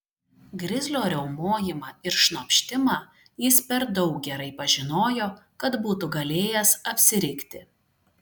grizlio riaumojimą ir šnopštimą jis per daug gerai pažinojo kad būtų galėjęs apsirikti